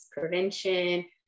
prevention